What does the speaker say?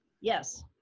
Yes